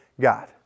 God